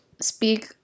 speak